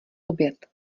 oběd